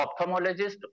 ophthalmologist